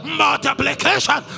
multiplication